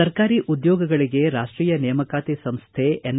ಸರ್ಕಾರಿ ಉದ್ಯೋಗಗಳಿಗೆ ರಾಷ್ಟೀಯ ನೇಮಕಾತಿ ಸಂಶ್ನೆ ಎನ್